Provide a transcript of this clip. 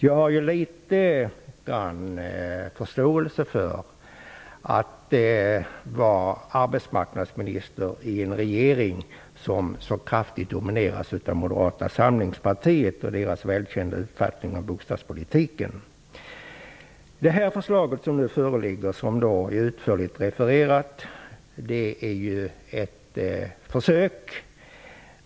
Jag kan ha en viss förståelse för hur det kan vara att vara arbetsmarknadsminister i en regering som så kraftigt domineras av Moderata samlingspartiet och deras välkända uppfattning om bostadspolitiken. Det utförligt refererade förslag som nu föreligger är ett försök.